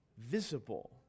visible